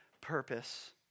purpose